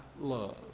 love